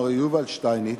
מר יובל שטייניץ,